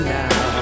now